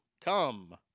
Come